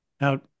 Now